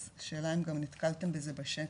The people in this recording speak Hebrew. אז השאלה אם גם נתקלתם בזה בשטח?